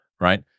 right